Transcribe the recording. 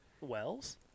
Wells